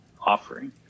offering